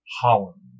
Holland